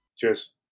cheers